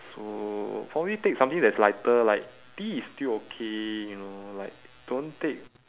so probably take something that is lighter like tea is still okay you know like don't take